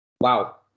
Wow